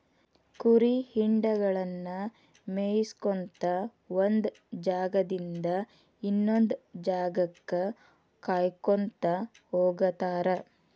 ಕುರಿ ಹಿಂಡಗಳನ್ನ ಮೇಯಿಸ್ಕೊತ ಒಂದ್ ಜಾಗದಿಂದ ಇನ್ನೊಂದ್ ಜಾಗಕ್ಕ ಕಾಯ್ಕೋತ ಹೋಗತಾರ